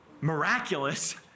miraculous